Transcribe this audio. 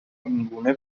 اینگونه